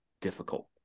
difficult